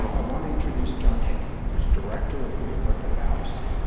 i want to introduce john hanke who is director of google earth and maps.